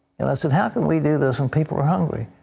and i said how can we do this when people are hungry.